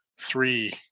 three